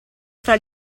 fra